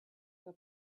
were